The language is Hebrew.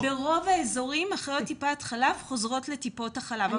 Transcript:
ברוב האזורים אחיות טיפות החלב חוזרות לטיפות החלב.